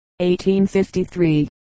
1853